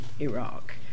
Iraq